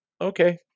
okay